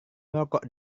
merokok